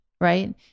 right